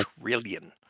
Trillion